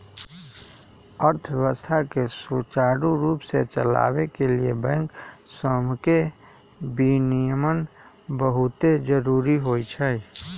अर्थव्यवस्था के सुचारू रूप से चलाबे के लिए बैंक सभके विनियमन बहुते जरूरी होइ छइ